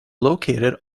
located